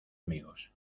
amigos